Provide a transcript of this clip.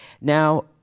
Now